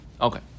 Okay